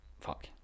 Fuck